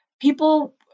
people